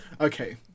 Okay